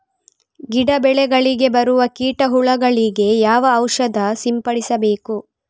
ಗಿಡ, ಬೆಳೆಗಳಿಗೆ ಬರುವ ಕೀಟ, ಹುಳಗಳಿಗೆ ಯಾವ ಔಷಧ ಸಿಂಪಡಿಸಬೇಕು?